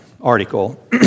article